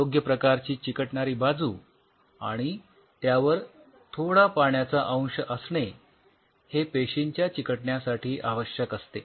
योग्य प्रकारची चिकटणारी बाजू आणि त्यावर थोडा पाण्याचा अंश असणे हे पेशींच्या चिकटण्यासाठी आवश्यक असते